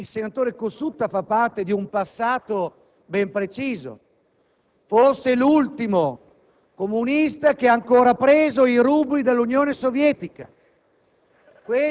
il senatore Cossutta fa parte di un passato ben preciso, forse è l'ultimo comunista che ha ancora preso i rubli dall'Unione Sovietica.